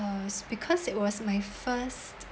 was because it was my first